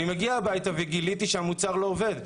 אני מגיע הביתה ומגלה שהמוצר לא עובד.